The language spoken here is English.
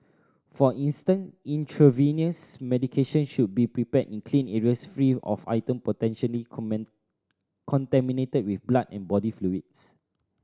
for instance intravenous medication should be prepared in clean areas free of item potentially common contaminated with blood and body fluids